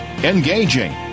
engaging